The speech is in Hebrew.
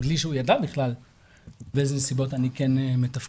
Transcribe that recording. בלי שהוא ידע בכלל באילו נסיבות אני כן מתפקד.